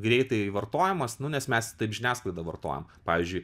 greitai vartojamas nu nes mes taip žiniasklaidą vartojam pavyzdžiui